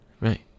Right